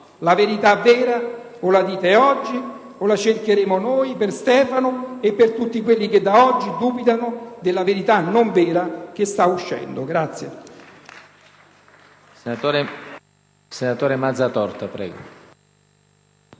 La verità vera o la dite oggi o la cercheremo noi per Stefano e per tutti quelli che da oggi dubitano della verità non vera che sta uscendo.